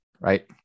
Right